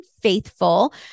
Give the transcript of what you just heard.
faithful